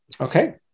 okay